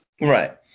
Right